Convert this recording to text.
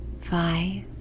Five